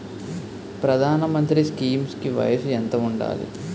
ప్రధాన మంత్రి స్కీమ్స్ కి వయసు ఎంత ఉండాలి?